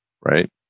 right